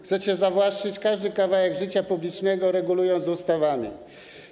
Chcecie zawłaszczyć każdy kawałek życia publicznego, regulując je ustawami.